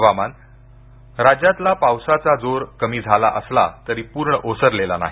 हवामान राज्यातला पावसाचा जोर कमी झाला असला तरी पूर्ण ओसरलेला नाही